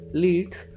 leads